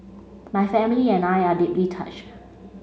my family and I are deeply touched